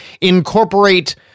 incorporate